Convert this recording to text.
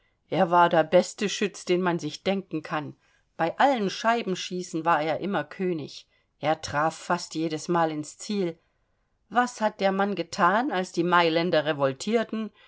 er war der beste schütz den man sich denken kann bei allen scheibenschießen war er immer könig er traf fast jedesmal ins ziel was hat der mann gethan als die mailänder